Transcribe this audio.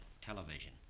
television